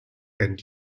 end